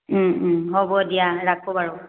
হ'ব দিয়া ৰাখো বাৰু